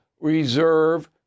reserve